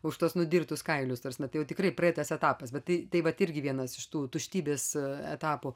už tuos nudirtus kailius ta prasme tai jau tikrai praeitas etapas bet tai tai vat irgi vienas iš tų tuštybės etapų